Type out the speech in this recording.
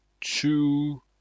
two